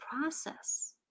process